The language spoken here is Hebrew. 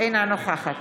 אינה נוכחת